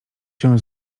się